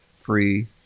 free